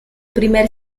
primer